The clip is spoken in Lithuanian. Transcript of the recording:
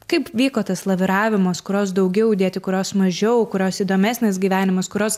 kaip vyko tas laviravimas kurios daugiau įdėti kurios mažiau kurios įdomesnis gyvenimas kurios